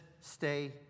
stay